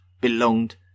belonged